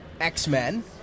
x-men